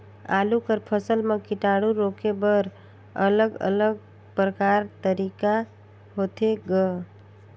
आलू कर फसल म कीटाणु रोके बर अलग अलग प्रकार तरीका होथे ग?